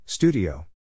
Studio